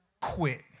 quit